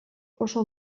oso